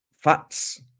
Fats